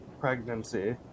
pregnancy